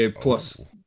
Plus